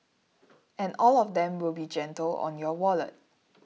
and all of them will be gentle on your wallet